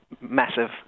massive